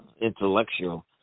intellectual